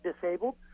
disabled